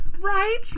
Right